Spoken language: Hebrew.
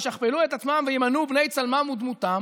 ישכפלו את עצמם וימנו בני צלמם ודמותם